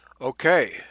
okay